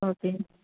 okay